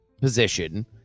position